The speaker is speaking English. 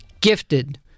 gifted